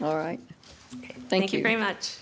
all right thank you very much